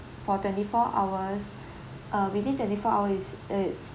for twenty four hours uh within twenty four hours is it's